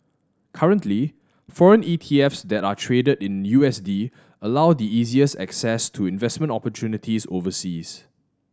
currently foreign ETFs that are traded in U S D allow the easiest access to investment opportunities overseas